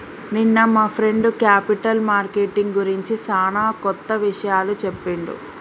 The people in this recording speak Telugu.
నిన్న మా ఫ్రెండ్ క్యాపిటల్ మార్కెటింగ్ గురించి సానా కొత్త విషయాలు చెప్పిండు